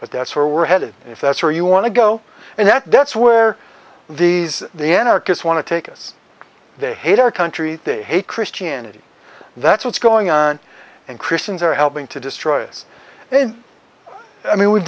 but that's where we're headed if that's where you want to go and that that's where these the anarchists want to take us they hate our country they hate christianity that's what's going on and christians are helping to destroy us then i mean we've